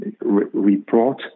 report